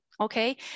Okay